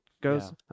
goes